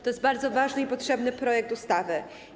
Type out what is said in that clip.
To jest bardzo ważny i potrzebny projekt ustawy.